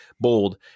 bold